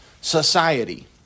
Society